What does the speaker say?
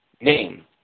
name